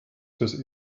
fürs